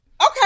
Okay